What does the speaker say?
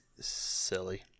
silly